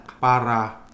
para